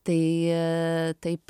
tai taip